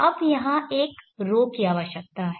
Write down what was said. अब यहाँ एक ρ की आवश्यकता है